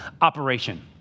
Operation